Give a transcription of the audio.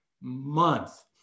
month